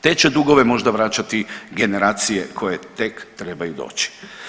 Te će dugove možda vraćati generacije koje tek trebaju doći.